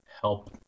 help